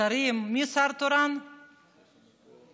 שרים, מי שר תורן?